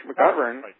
McGovern